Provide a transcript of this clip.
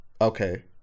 Okay